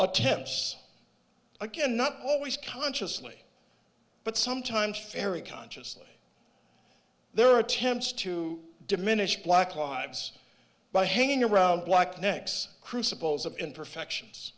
attempts again not always consciously but sometimes fairy consciously there are attempts to diminish black lives by hanging around black necks crucibles of imperfections